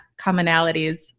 commonalities